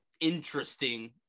interesting